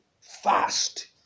fast